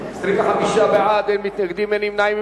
בעד, 25, אין מתנגדים, אין נמנעים.